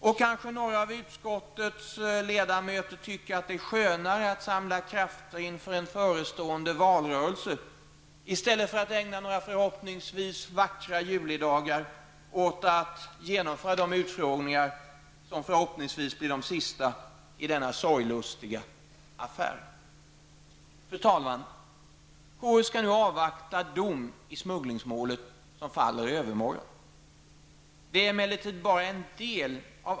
Och kanske några av utskottets ledamöter tycker att det är skönare att samla krafter inför en förestående valrörelse, i stället för att ägna några förhoppningsvis vackra julidagar åt att genomföra de utfrågningar som vi kan hoppas blir de sista i denna sorglustiga affär. Fru talman! KU skall nu avvakta dom i smugglingsmålet som faller den 6 juni.